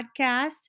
podcast